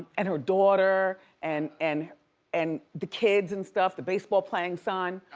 and her daughter and and and the kids and stuff, the baseball playing son,